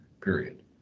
period